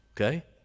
Okay